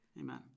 Amen